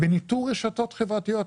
בניטור רשתות חברתיות,